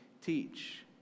teach